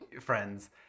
friends